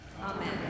Amen